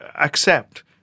accept